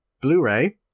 Blu-ray